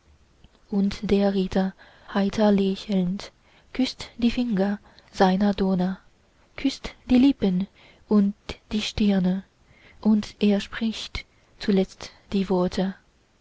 und der ritter heiter lächelnd küßt die finger seiner donna küßt die lippen und die stirne und er spricht zuletzt die worte